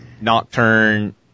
Nocturne